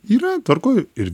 yra tvarkoj ir